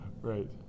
Right